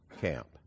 camp